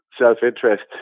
self-interest